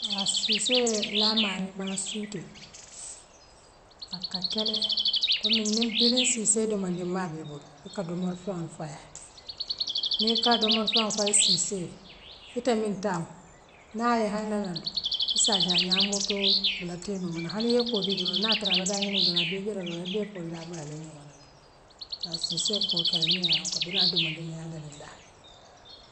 Haa siissee naa a maariŋmaa suutee, aka kele kommi ninŋ pelin siissee doomandiŋmaa bee bulu ika domoru finŋol fayi aye niŋ ikaa domoru finŋol fayi siissee ite miŋ taamu naaye haye naanaŋ, issaa je a ňaamootoo dula kee duluna hani yee kuwo kee dulu naa tara abe daa ňinŋo dulaa abee jee la doroŋ ayee bee kuuol daa bula abe loo ibala to. Haa siissee kuool kay miŋ yaa loŋko biriŋ a doomandiŋ le ya a dadandaa.